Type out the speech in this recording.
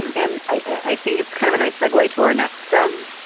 and i think it's kind of a nice segway to our next um